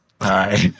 Hi